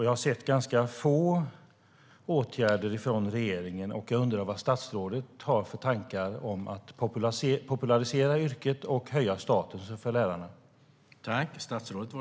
Jag har sett ganska få åtgärder från regeringen. Jag undrar vad statsrådet har för tankar om att popularisera yrket och höja statusen för lärarna.